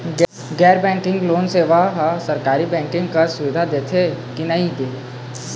गैर banking loan सेवा हा सरकारी बैंकिंग कस सुविधा दे देथे कि नई नहीं?